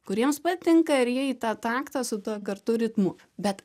kuriems patinka ir jie į tą taktą su tuo kartu ritmu bet